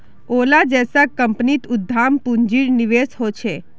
ओला जैसा कम्पनीत उद्दाम पून्जिर निवेश होछे